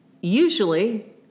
usually